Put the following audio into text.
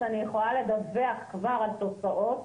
אני יכולה לדווח כבר על תוצאות.